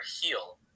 heal